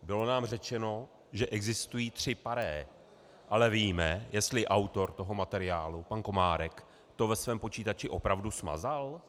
Bylo nám řečeno, že existují tři pare, ale víme, jestli autor toho materiálu pan Komárek to ve svém počítači opravdu smazal?